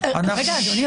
הבנתי.